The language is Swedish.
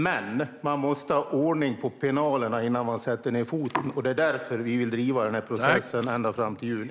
Men man måste ha ordning på pinalerna innan man sätter ned foten, och därför vill vi driva denna process ända fram till juni.